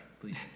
please